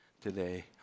today